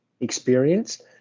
experience